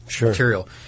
Material